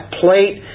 plate